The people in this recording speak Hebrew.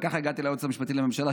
וככה הגעתי ליועץ המשפטי לממשלה,